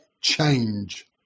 change